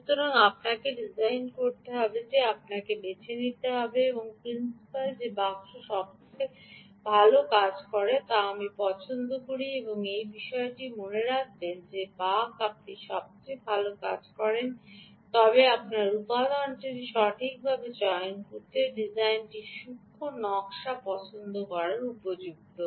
সুতরাং আপনাকে ডিজাইন করতে হবে যে আপনাকে বেছে নিতে হবে এবং প্রিন্সিপাল যে বাক্স সবচেয়ে ভাল কাজ করে তা আমি পছন্দ করি এই বিষয়টি মনে রাখবেন বাক আপনি সবচেয়ে ভাল কাজ করে যদি আপনি উপাদানটি সঠিকভাবে চয়ন করেন এবং ডিজাইনটি সূক্ষ্ম নকশা পছন্দটির জন্য উপযুক্ত